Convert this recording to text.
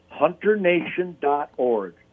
HunterNation.org